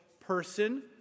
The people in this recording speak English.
person